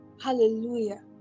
Hallelujah